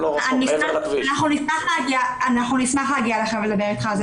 אנחנו נשמח להגיע ולדבר אתך.